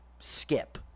skip